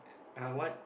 uh what